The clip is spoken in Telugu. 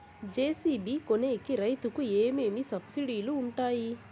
జె.సి.బి కొనేకి రైతుకు ఏమేమి సబ్సిడి లు వుంటాయి?